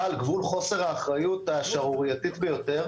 על גבול חוסר האחריות השערוייתית ביותר.